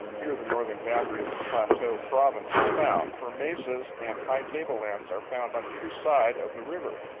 here the northern boundary of the plateau province is found, for mesas and high table-lands are found on either side of the river.